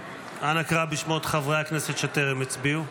קרא בשמות חברי הכנסת שטרם הצביעו.